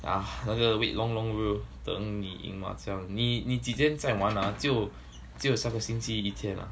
!wah! 那个 wait long long bro 等你赢麻将你你几天在玩 ah 只有只有下个星期一天 ah